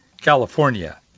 California